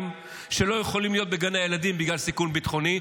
שהם לא יכולים להיות בגני הילדים בגלל סיכון ביטחוני,